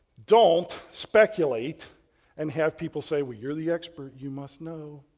don't speculate and have people say, well you're the expert, you must know.